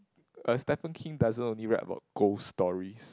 uh Stephen-King doesn't only write about ghost stories